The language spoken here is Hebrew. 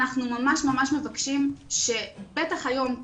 אנחנו ממש ממש מבקשים שבטח היום,